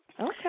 Okay